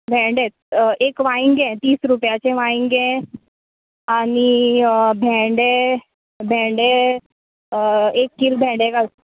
भेंडे एक वांयंगें तीस रुपयाचें वांयगें आनी भेंडे भेंडे एक किल भेंडे घालत